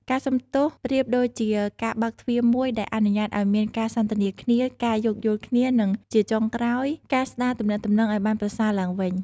ការសុំទោសប្រៀបដូចជាការបើកទ្វារមួយ ដែលអនុញ្ញាតឱ្យមានការសន្ទនាគ្នា ការយោគយល់គ្នា និងជាចុងក្រោយ ការស្ដារទំនាក់ទំនងឱ្យបានប្រសើរឡើងវិញ។